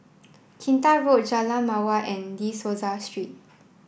Kinta Road Jalan Mawar and De Souza Street